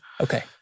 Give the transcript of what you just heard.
okay